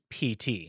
pt